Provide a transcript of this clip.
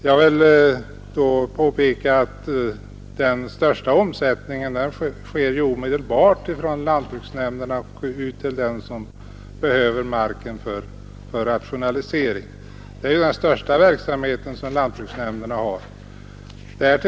Jag vill då påpeka att den största omsättningen sker omedelbart från lantbruksnämnderna ut till dem som behöver marken för rationalisering. Detta är en omfattande verksamhet hos lantbruksnämnderna.